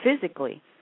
physically